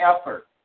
effort